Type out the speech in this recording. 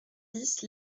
dix